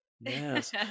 Yes